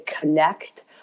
connect